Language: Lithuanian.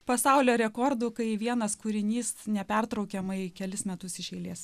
pasaulio rekordų kai vienas kūrinys nepertraukiamai kelis metus iš eilės